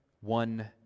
one